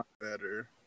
better